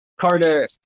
Carter